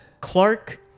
Clark